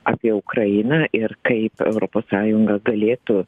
apie ukrainą ir kaip europos sąjunga galėtų